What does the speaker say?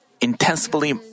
intensively